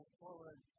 forward